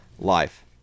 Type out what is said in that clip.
Life